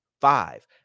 Five